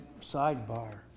sidebar